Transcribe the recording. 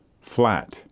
flat